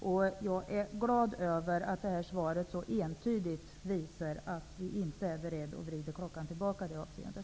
Det gläder mig att det svar som skolministern gav så entydigt visar att man inte är beredd att vrida klockan tillbaka i det avseendet.